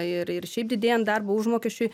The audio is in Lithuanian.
ir ir šiaip didėjant darbo užmokesčiui